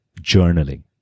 journaling